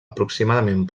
aproximadament